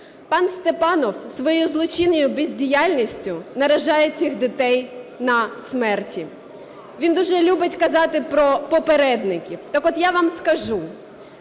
Пан Степанов своєю злочинною бездіяльністю наражає цих дітей на смерті. Він дуже любить казати про попередників. Так от я вам скажу: